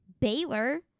Baylor